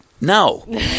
No